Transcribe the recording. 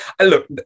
Look